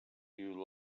you